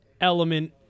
element